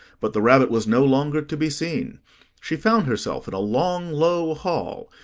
but the rabbit was no longer to be seen she found herself in a long, low hall,